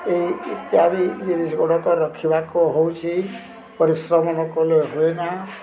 ଏଇ ଇତ୍ୟାଦି ଜିନିଷ ଗୁଡ଼ାକ ରଖିବାକୁ ହେଉଛି ପରିଶ୍ରମ ନ କଲେ ହୁଏନା